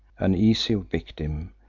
an easy victim,